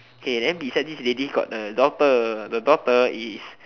K then beside this lady got the daughter the daughter is